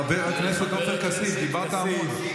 אני הייתי, חבר הכנסת עופר כסיף, דיברת המון.